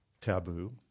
taboo